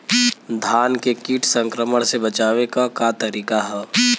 धान के कीट संक्रमण से बचावे क का तरीका ह?